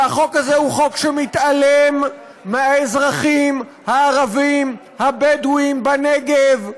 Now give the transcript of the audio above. והחוק הזה הוא חוק שמתעלם מהאזרחים הערבים הבדואים בנגב,